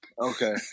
Okay